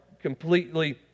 completely